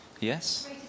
Yes